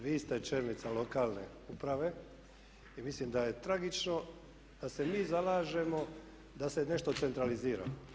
Vi ste čelnica lokalne uprave i mislim da je tragično da se mi zalažemo da se nešto centralizira.